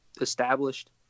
established